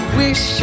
wish